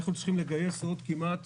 אנחנו צריכים לגייס עוד כמעט